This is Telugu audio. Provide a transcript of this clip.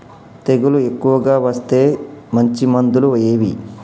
తెగులు ఎక్కువగా వస్తే మంచి మందులు ఏవి?